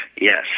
yes